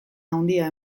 handia